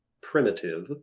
primitive